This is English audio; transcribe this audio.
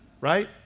Right